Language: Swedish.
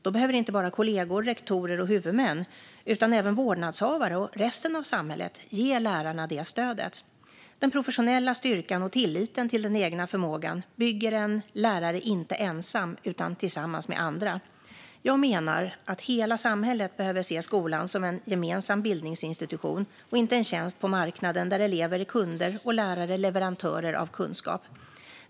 Då behöver inte bara kollegor, rektorer och huvudmän utan även vårdnadshavare och resten av samhället ge lärarna det stödet. Den professionella styrkan och tilliten till den egna förmågan bygger en lärare inte ensam utan tillsammans med andra. Jag menar att hela samhället behöver se skolan som en gemensam bildningsinstitution och inte som en tjänst på marknaden där elever är kunder och lärare leverantörer av kunskap.